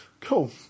Cool